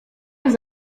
wiem